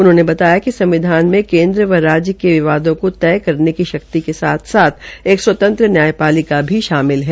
उन्होंने कहा कि संविधान में केन्द्र व राज्य के विवादों को तय करने की शक्ति के साथ साथ एक स्वतंत्र न्यायपालिका भी शामिल है